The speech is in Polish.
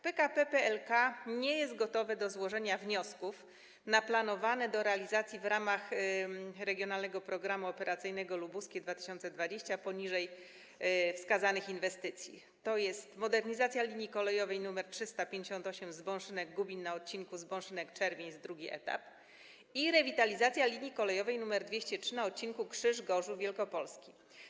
PKP PLK nie jest gotowe do złożenia wniosków w sprawie planowanych do realizacji w ramach Regionalnego Programu Operacyjnego - Lubuskie 2020 następujących inwestycji: modernizacja linii kolejowej nr 358 Zbąszynek - Gubin na odcinku Zbąszynek - Czerwińsk - II etap i rewitalizacja linii kolejowej nr 203 na odcinku Krzyż - Gorzów Wielkopolski.